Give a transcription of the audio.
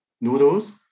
noodles